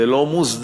זה לא מוסדר,